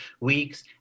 weeks